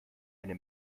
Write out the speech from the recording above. eine